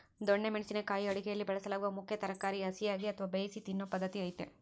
ದೊಣ್ಣೆ ಮೆಣಸಿನ ಕಾಯಿ ಅಡುಗೆಯಲ್ಲಿ ಬಳಸಲಾಗುವ ಮುಖ್ಯ ತರಕಾರಿ ಹಸಿಯಾಗಿ ಅಥವಾ ಬೇಯಿಸಿ ತಿನ್ನೂ ಪದ್ಧತಿ ಐತೆ